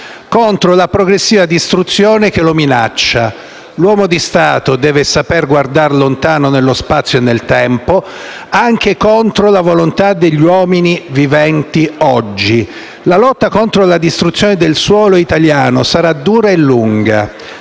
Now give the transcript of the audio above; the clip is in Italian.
contro la progressiva distruzione che lo minaccia. L'uomo di Stato deve guardare lontano nello spazio e nel tempo, anche contro la volontà degli uomini viventi oggi. La lotta contro la distruzione del suolo italiano sarà dura e lunga,